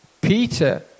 Peter